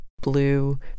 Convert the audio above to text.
blue